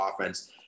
offense